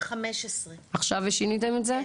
15. עכשיו שיניתם את זה?